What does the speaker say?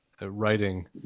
writing